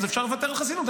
אפשר לוותר על חסינות,